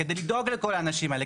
כדי לדאוג לכל האנשים האלה,